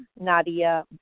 Nadia